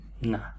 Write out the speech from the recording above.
No